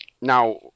Now